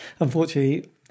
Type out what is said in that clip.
unfortunately